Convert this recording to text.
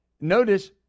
Notice